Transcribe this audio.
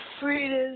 freedom